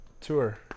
tour